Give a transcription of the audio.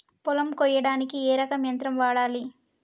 పొలం కొయ్యడానికి ఏ రకం యంత్రం వాడాలి?